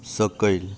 सकयल